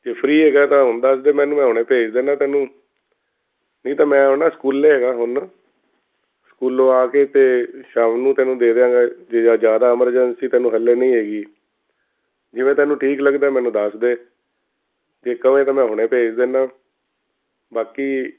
ਜੇ ਫਰੀ ਹੈਗਾ ਤਾਂ ਹੁਣ ਦੱਸਦੇ ਮੈਨੂੰ ਮੈਂ ਹੁਣੇ ਭੇਜ ਦਿੰਦਾ ਤੈਨੂੰ ਨਹੀਂ ਤਾਂ ਮੈਂ ਹੁਣ ਨਾ ਸਕੂਲੇ ਹੈਗਾ ਹੁਣ ਸਕੂਲੋਂ ਆ ਕੇ ਅਤੇ ਸ਼ਾਮ ਨੂੰ ਤੈਨੂੰ ਦੇ ਦਿਆਂਗਾ ਜੇ ਜ਼ਿਆਦਾ ਐਮਰਜੈਂਸੀ ਤੈਨੂੰ ਹਾਲੇ ਨਹੀਂ ਹੈਗੀ ਜਿਵੇਂ ਤੈਨੂੰ ਠੀਕ ਲੱਗਦਾ ਮੈਨੂੰ ਦੱਸਦੇ ਜੇ ਕਹੇ ਤਾਂ ਮੈਂ ਹੁਣੇ ਭੇਜ ਦਿੰਦਾ ਬਾਕੀ